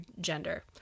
gender